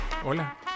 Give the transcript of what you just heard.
Hola